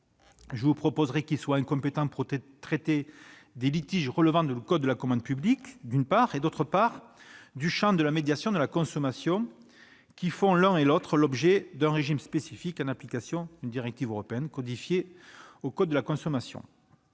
Je vous proposerai qu'il soit incompétent pour traiter des litiges relevant du code de la commande publique, d'une part, et du champ de la médiation de la consommation, de l'autre. En effet, l'un et l'autre font l'objet d'un régime spécifique en application d'une directive européenne, codifiée au titre Ier du livre